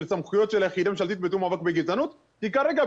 הסמכויות של היחידה הממשלתית לתיאום המאבק בגזענות כי כרגע,